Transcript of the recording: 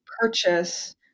purchase